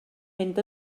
mynd